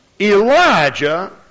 Elijah